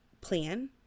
plan